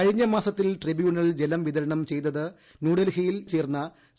കഴിഞ്ഞ മാസത്തിൽ ട്രിബ്യൂണൽ ജലം വിതരണം ചെയ്തത് ന്യൂഡൽഹിയിൽ ചേർന്ന സി